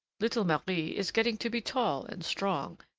little marie is getting to be tall and strong,